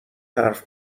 حرف